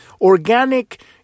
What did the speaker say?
organic